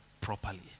properly